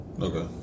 Okay